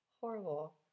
Horrible